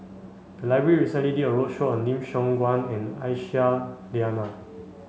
the library recently did a roadshow on Lim Siong Guan and Aisyah Lyana